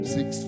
Six